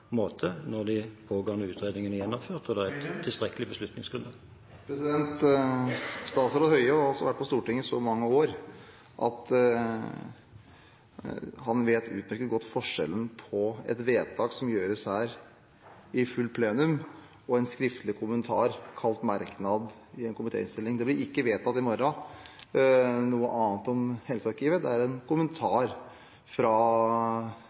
måte når de pågående utredningene er gjennomført og det er et tilstrekkelig beslutningsgrunnlag. Statsråd Høie har også vært på Stortinget i så mange år at han utmerket godt vet forskjellen på et vedtak som gjøres her i plenum, og en skriftlig kommentar, kalt merknad, i en komitéinnstilling. Det blir ikke vedtatt noe annet om helsearkivet i morgen. Dette er en kommentar fra